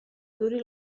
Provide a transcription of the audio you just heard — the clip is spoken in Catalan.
duri